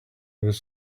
was